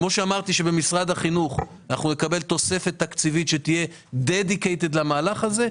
כמו שאמרתי שבמשרד החינוך נקבל תוספת תקציבית שתהיה מיועדת למהלך הזה,